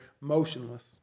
motionless